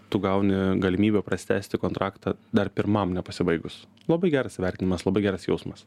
tu gauni galimybę prasitęsti kontraktą dar pirmam nepasibaigus labai geras įvertinimas labai geras jausmas